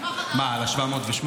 מה חדש?